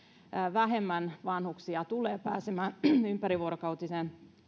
vähemmän vanhuksia tulee pääsemään ympärivuorokautisen